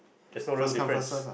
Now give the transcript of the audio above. there's no real difference